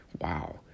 wow